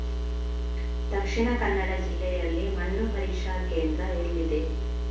ದಕ್ಷಿಣ ಕನ್ನಡ ಜಿಲ್ಲೆಯಲ್ಲಿ ಮಣ್ಣು ಪರೀಕ್ಷಾ ಕೇಂದ್ರ ಎಲ್ಲಿದೆ?